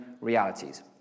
realities